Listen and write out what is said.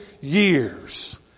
years